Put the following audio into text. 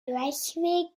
durchweg